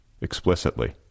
explicitly